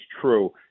true